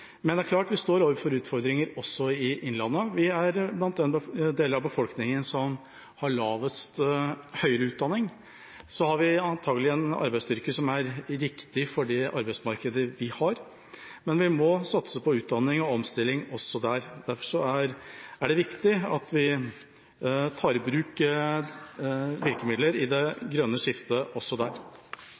Men det er klart at vi står overfor utfordringer også i Innlandet. Vi er blant den delen av befolkningen som i minst grad har høyere utdanning. Vi har antagelig en arbeidsstyrke som er riktig for det arbeidsmarkedet vi har, men vi må satse på utdanning og omstilling også der. Derfor er det viktig at vi tar i bruk virkemidler i det grønne skiftet også der.